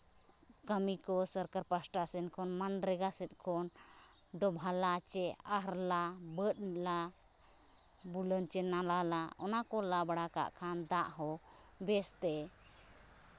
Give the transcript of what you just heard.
ᱠᱟᱹᱢᱤ ᱠᱚ ᱥᱚᱨᱠᱟᱨ ᱯᱟᱥᱴᱟ ᱥᱮᱱ ᱠᱷᱚᱱ ᱥᱮᱫ ᱠᱷᱚᱱ ᱫᱳᱵᱷᱟ ᱞᱟ ᱥᱮ ᱟᱦᱟᱨ ᱞᱟ ᱵᱟᱹᱫᱽ ᱞᱟ ᱵᱩᱞᱟᱹᱱ ᱥ ᱮ ᱱᱟᱞᱟ ᱞᱟ ᱚᱱᱟ ᱠᱚ ᱞᱟ ᱵᱟᱲᱟ ᱠᱟᱜ ᱠᱷᱟᱱ ᱫᱟᱜ ᱦᱚᱸ ᱵᱮᱥᱛᱮ